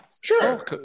Sure